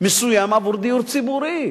מסוים עבור דיור ציבורי.